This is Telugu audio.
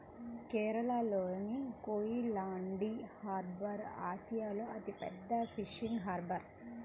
కేరళలోని కోయిలాండి హార్బర్ ఆసియాలో అతిపెద్ద ఫిషింగ్ హార్బర్